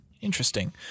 Interesting